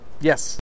Yes